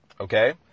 okay